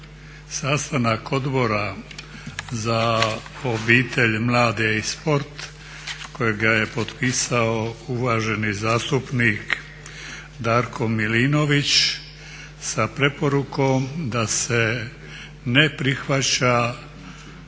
sastanak Odbora za obitelj, mlade i sport kojega je potpisao uvaženi zastupnik Darko Milinović sa preporukom da se ne prihvaća